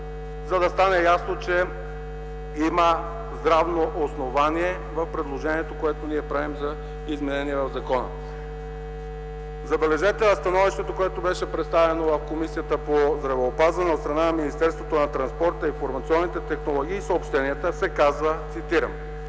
за да стане ясно, че има здравно основание в предложението, което ние правим за изменения в закона. Забележете, в становището, което беше представено в Комисията по здравеопазването от страна на Министерството на транспорта, информационните технологии и съобщенията се казва, цитирам: